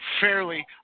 fairly